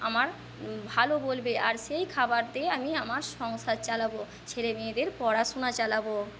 আমার ভালো বলবে আর সেই খাবার দিয়ে আমি আমার সংসার চালাবো ছেলেমেয়েদের পড়াশোনা চালাবো